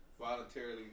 voluntarily